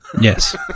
Yes